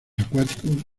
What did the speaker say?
acuáticos